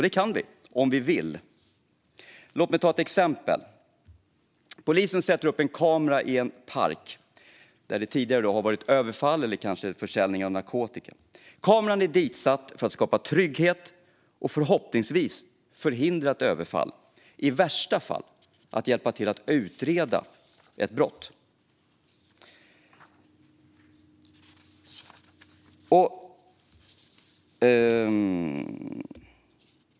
Det kan vi om vi vill. Låt mig ta ett exempel. Polisen sätter upp en kamera i en park där det tidigare har varit överfall eller kanske försäljning av narkotika. Kameran är ditsatt för att skapa trygghet och förhoppningsvis förhindra ett överfall eller i värsta fall för att hjälpa till att utreda ett brott.